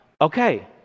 Okay